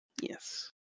Yes